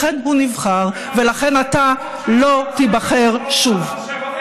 לכן הוא נבחר, ולכן אתה לא תיבחר שוב.